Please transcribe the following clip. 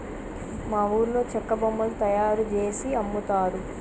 మా ఊర్లో చెక్క బొమ్మలు తయారుజేసి అమ్ముతారు